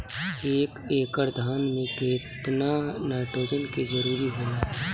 एक एकड़ धान मे केतना नाइट्रोजन के जरूरी होला?